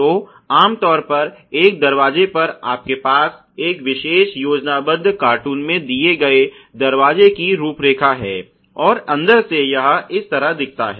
तो आमतौर पर एक दरवाजे पर आपके पास इस विशेष योजनाबद्ध कार्टून में दिए गए दरवाजे की रूपरेखा है और अंदर से यह इस तरह दिखता है